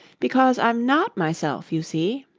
because i'm not myself, you see